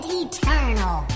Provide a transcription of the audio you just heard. eternal